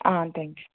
thanks